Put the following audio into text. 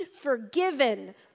forgiven